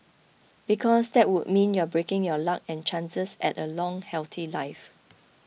because that would mean you're breaking your luck and chances at a long healthy life